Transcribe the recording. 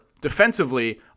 defensively